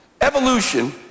evolution